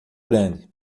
grande